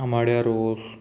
आमाड्या रोस